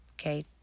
Okay